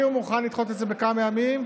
אם הוא מוכן לדחות את זה בכמה ימים,